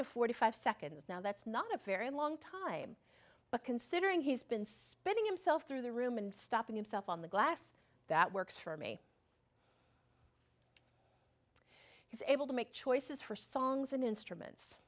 to forty five seconds now that's not a very long time but considering he's been spending himself through the room and stopping himself on the glass that works for me he's able to make choices for songs and instruments